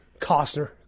Costner